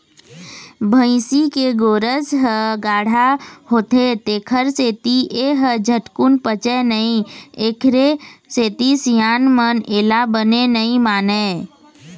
भइसी के गोरस ह गाड़हा होथे तेखर सेती ए ह झटकून पचय नई एखरे सेती सियान मन एला बने नइ मानय